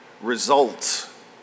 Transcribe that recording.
results